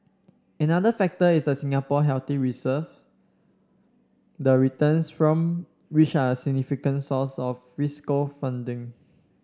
another factor is the Singapore healthy reserves the returns from which are a significant source of fiscal funding